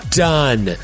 done